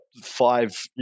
five –